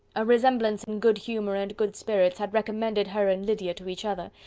a resemblance in good humour and good spirits had recommended her and lydia to each other,